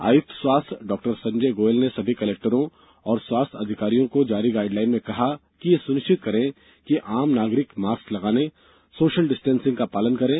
आयुक्त स्वास्थ्य डॉक्टर संजय गोयल ने सभी कलेक्टरों और स्वास्थ्य अधिकारियों को जारी गाईडलाइन में कहा है कि यह सुनिश्चित करें कि आम नागरिक मास्क लगाने सोशल डिस्टेंसिंग का पालन करे